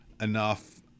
enough